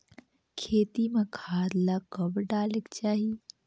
खेती म खाद ला कब डालेक चाही?